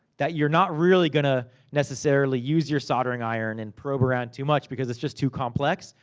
that you're not really gonna, necessarily, use your soldering iron and probe around too much. because, it's just too complex.